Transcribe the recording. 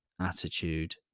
attitude